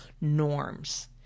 norms